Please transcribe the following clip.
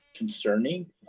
concerning